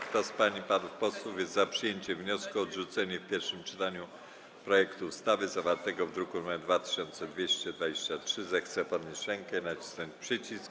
Kto z pań i panów posłów jest za przyjęciem wniosku o odrzucenie w pierwszym czytaniu projektu ustawy zawartego w druku nr 2223, zechce podnieść rękę i nacisnąć przycisk.